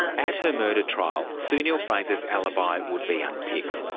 at her murder trial sue neill-fraser's alibi would be unpicked.